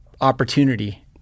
opportunity